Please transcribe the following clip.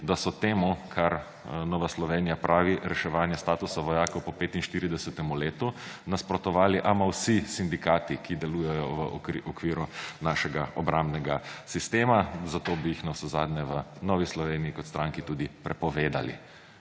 da so temu, čemur Nova Slovenija pravi reševanje statusa vojakov po 45. letu, nasprotovali vsi sindikati, ki delujejo v okviru našega obrambnega sistema. Zato bi jih navsezadnje v Novi Sloveniji kot stranki tudi prepovedali.